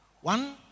One